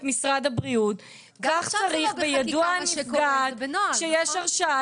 משרד הבריאות כך צריך ביידוע הנפגעת שיש הרשעה,